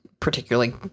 particularly